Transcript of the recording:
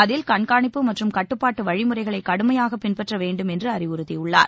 அதில் கண்காணிப்பு மற்றும் கட்டுப்பாட்டு வழிமுறைகளை கடுமையாக பின்பற்ற வேண்டும் என்று அறிவுறுத்தியுள்ளார்